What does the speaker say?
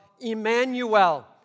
Emmanuel